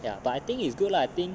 ya but I think it's good lah I think